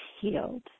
healed